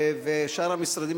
ושאר המשרדים,